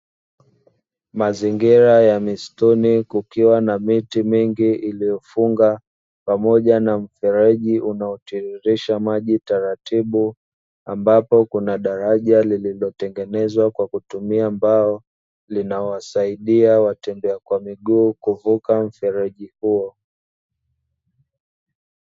Mazingira ya mistuni kukiwa na miti mingi iliyofunga pamoja na mfereji unaotiririsha maji taratibu, ambapo kuna daraja lililotengenezwa kwa kutumia mbao linalowasaidia watembea kwa miguu kuvuka mfereji huo.